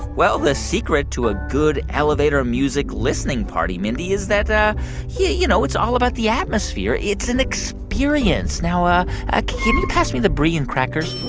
well, the secret to a good elevator music listening party, mindy, is that, yeah you know, it's all about the atmosphere. it's an experience. now um ah can you pass me the brie and crackers?